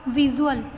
visual